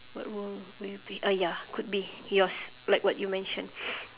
what role would you play uh ya could be yours like what you mention